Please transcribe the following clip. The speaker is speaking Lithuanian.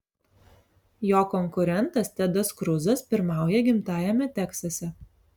jo konkurentas tedas kruzas pirmauja gimtajame teksase